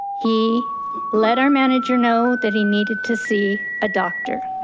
he let our manager know that he needed to see a doctor,